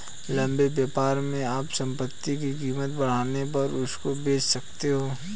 लंबे व्यापार में आप संपत्ति की कीमत बढ़ने पर उसको बेच सकते हो